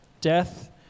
death